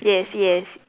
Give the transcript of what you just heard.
yes yes